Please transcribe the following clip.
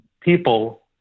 people